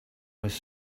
was